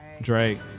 Drake